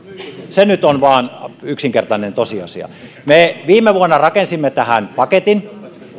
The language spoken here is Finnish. se nyt vaan on yksinkertainen tosiasia me viime vuonna rakensimme tähän paketin